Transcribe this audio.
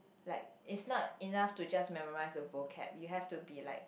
like it's not enough to just memorise the vocab you have to be like